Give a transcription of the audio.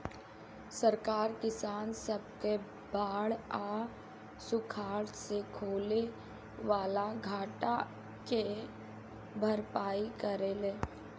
सरकार किसान सब के बाढ़ आ सुखाड़ से होखे वाला घाटा के भरपाई करेले